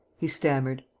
he stammered.